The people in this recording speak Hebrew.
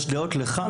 יש דעות לכאן,